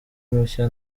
mushya